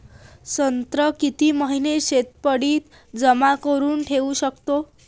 संत्रा किती महिने शीतपेटीत जमा करुन ठेऊ शकतो?